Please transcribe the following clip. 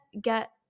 get